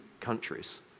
countries